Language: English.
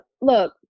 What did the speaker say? look